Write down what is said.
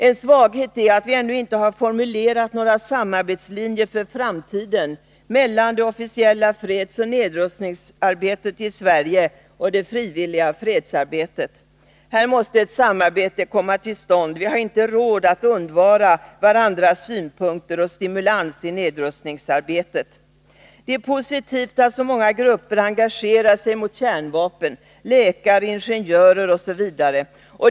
En svaghet är att vi ännu inte har formulerat några samarbetslinjer för framtiden mellan det officiella fredsoch nedrustningsarbetet i Sverige och det frivilliga fredsarbetet. Här måste ett samarbete komma till stånd. Vi har inte råd att undvara varandras synpunkter och stimulans i nedrustningsarbetet. Det är också positivt att så många grupper engagerar sig mot kärnvapen: läkare, ingenjörer etc.